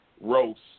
roast